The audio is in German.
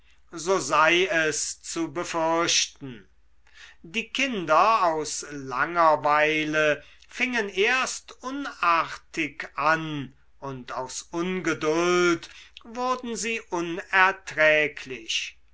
so sei es zu befürchten die kinder aus langerweile fingen erst unartig an und aus ungeduld wurden sie unerträglich